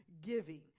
giving